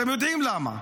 אתם יודעים למה?